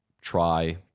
try